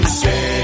say